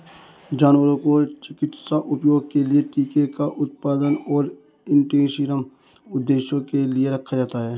जानवरों को चिकित्सा उपयोग के लिए टीके का उत्पादन और एंटीसीरम उद्देश्यों के लिए रखा जाता है